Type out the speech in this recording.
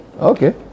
okay